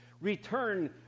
return